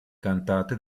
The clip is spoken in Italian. cantate